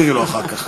תודה רבה לך,